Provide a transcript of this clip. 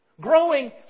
Growing